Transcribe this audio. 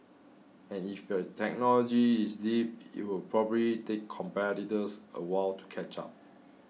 and if your technology is deep it will probably take competitors a while to catch up